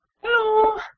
hello